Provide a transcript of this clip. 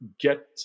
get